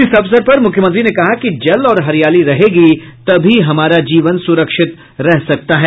इस अवसर पर मुख्यमंत्री ने कहा कि जल और हरियाली रहेगी तभी हमारा जीवन सुरक्षित रह सकता है